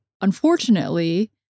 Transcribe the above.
unfortunately